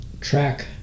track